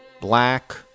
Black